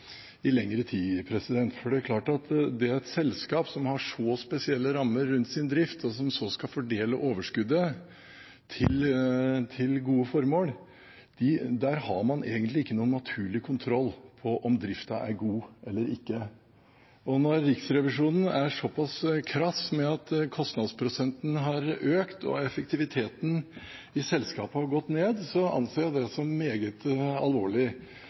i lengre tid, for det er klart at i et selskap som har så spesielle rammer rundt sin drift, og som så skal fordele overskuddet til gode formål, der har man egentlig ingen naturlig kontroll på om drifta er god eller ikke. Og når Riksrevisjonen er såpass krass med at kostnadsprosenten har økt, og at effektiviteten i selskapet har gått ned, så anser jeg det som meget alvorlig.